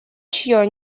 чье